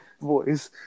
voice